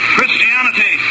Christianity